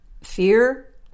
fear